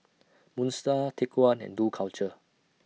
Moon STAR Take one and Dough Culture